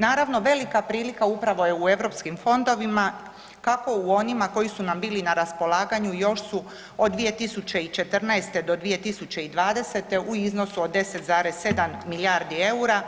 Naravno, velika prilika upravo je u europskim fondovima, kako u onima koji su nam bili na raspolaganju, još su od 2014. do 2020. u iznosu od 10,7 milijardi EUR-a